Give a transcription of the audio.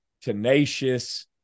tenacious